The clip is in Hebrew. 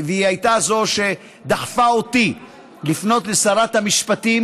והיא שדחפה אותי לפנות לשרת המשפטים